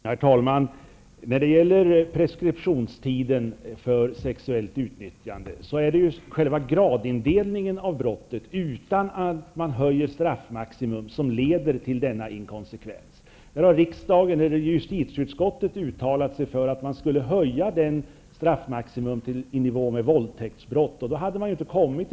Herr talman! När det gäller preskriptionstiden för brottet sexuellt utnyttjande är det själva gradindelningen av brottet, utan att straffmaximum höjs, som leder till denna inkonsekvens. Justitieutskottet har uttalat sig för en höjning av straffmaximum, i nivå med vad som gäller för våldtäktsbrott.